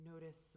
Notice